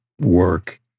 work